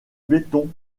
béton